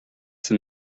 san